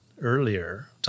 earlier